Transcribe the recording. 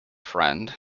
friend